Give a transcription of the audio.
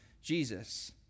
Jesus